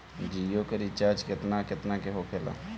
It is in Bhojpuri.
जियो के रिचार्ज केतना केतना के होखे ला?